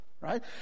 right